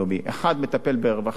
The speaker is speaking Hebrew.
אחד מטפל ברווחה,